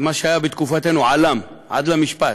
מה שהיה בתקופתנו על"מ, עד למשפט.